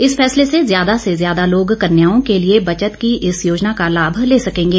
इस फैसले से ज्यादा से ज्यादा लोग कन्याओं के लिए बचत की इस योजना का लाभ ले सकेंगे